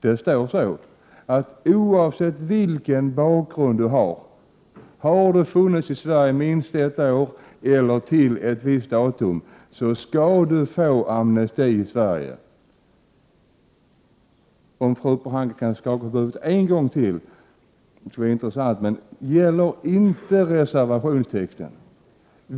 Det står, att om en person har befunnit sig i Sverige minst ett år eller till ett visst datum, blir det, oavsett bakgrund, möjligt att få amnesti. Det skulle vara intressant om fru Pohanka kunde skaka på huvudet en gång till. Men gäller inte reservationstexten?